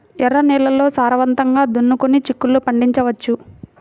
ఎర్ర నేలల్లో సారవంతంగా దున్నుకొని చిక్కుళ్ళు పండించవచ్చు